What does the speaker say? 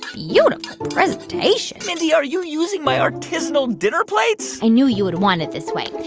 beautiful presentation mindy, are you using my artisanal dinner plates? i knew you would want it this way.